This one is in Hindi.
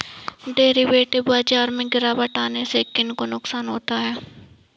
डेरिवेटिव बाजार में गिरावट आने से किन को नुकसान होता है?